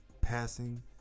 passing